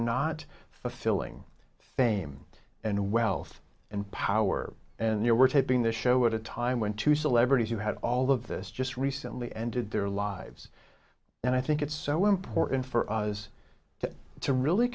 not fulfilling fame and wealth and power and they were taping the show at a time when two celebrities who had all of this just recently ended their lives and i think it's so important for us to to really